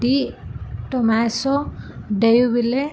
D Tomaso Deauville